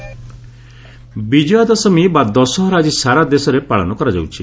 ଦଶହରା ବିଜୟା ଦଶମୀ ବା ଦଶହରା ଆଜି ସାରା ଦେଶରେ ପାଳନ କରାଯାଉଛି